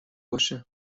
باشه